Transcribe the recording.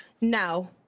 No